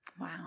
wow